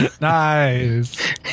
Nice